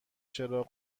چراغ